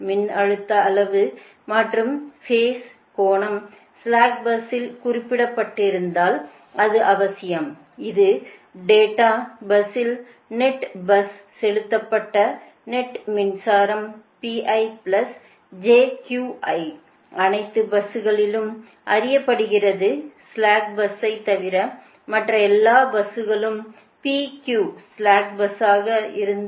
மின்னழுத்த அளவு மற்றும் பேஸ் கோணம் ஸ்லாக் பஸ்ஸில் குறிப்பிடப்பட்டிருப்பதால் இது அவசியம் இது டேட்டாவால் பஸ்ஸில் செலுத்தப்பட்ட நெட் மின்சாரம் அனைத்து பஸ்களிலும் அறியப்படுகிறது ஸ்லாக் பஸ்ஸைத் தவிர மற்ற எல்லா பஸ்களும் PQ பஸ்களாக இருந்தால்